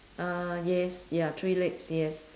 uh yes ya three legs yes